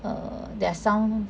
err there are some